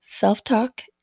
Self-talk